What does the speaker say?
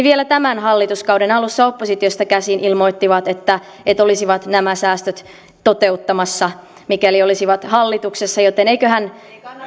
vielä tämän hallituskauden alussa oppositiosta käsin ilmoittivat että että olisivat nämä säästöt toteuttamassa mikäli olisivat hallituksessa joten eiköhän